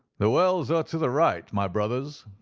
the wells are to the right, my brothers,